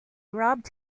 rubbed